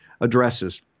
addresses